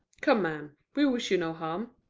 come, ma'am, we wish you no harm.